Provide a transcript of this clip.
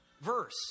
verse